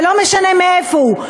ולא משנה מאיפה הוא,